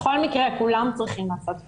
בכל מקרה כולם צריכים לעשות בדיקה.